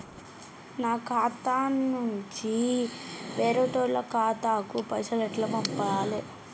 నా ఖాతా నుంచి వేరేటోళ్ల ఖాతాకు పైసలు ఎట్ల పంపాలే?